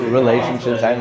relationships